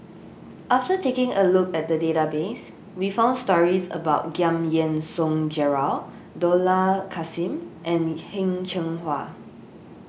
after taking a look at the database we found stories about Giam Yean Song Gerald Dollah Kassim and Heng Cheng Hwa